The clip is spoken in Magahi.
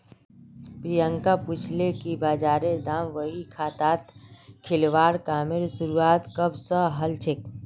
प्रियांक पूछले कि बजारेर दामक बही खातात लिखवार कामेर शुरुआत कब स हलछेक